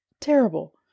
terrible